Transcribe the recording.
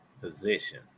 position